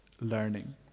learning